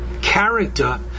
character